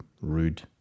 rude